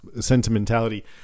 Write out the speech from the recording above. sentimentality